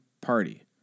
party